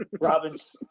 Robin's